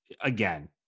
again